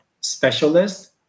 specialist